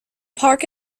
park